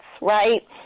right